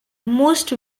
most